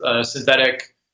synthetic